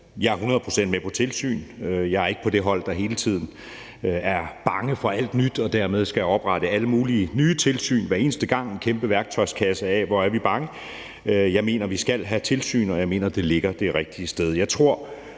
Jeg er 100 pct. med på tilsyn. Jeg er ikke på det hold, der hele tiden er bange for alt nyt og dermed skal oprette alle mulige nye tilsyn hver eneste gang og vise en kæmpe værktøjskasse med, hvor bange vi er. Jeg mener, at vi skal have tilsyn, og jeg mener, det ligger det rigtige sted.